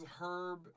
Herb